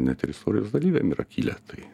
net ir istorijos dalyviam yra kilę